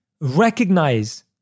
recognize